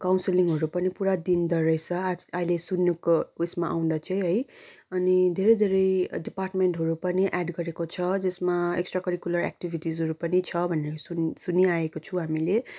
काउन्सिलिङहरू पनि पुरा दिँदा रहेछ आज अहिले सुन्नुको ऊ यसमा आउँदा चाहिँ है अनि धेरै धेरै डिपार्टमेन्टहरू पनि एड गरेको छ जसमा एक्स्ट्रा करिकुलर एक्टिभिटिजहरू पनि छ भन्ने सुनि सुनिआएको छु हामीले